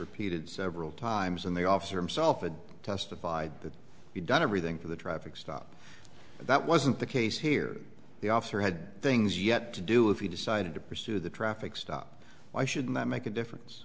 repeated several times in the officer himself and testified that he done everything for the traffic stop but that wasn't the case here the officer had things yet to do if he decided to pursue the traffic stop why should that make a difference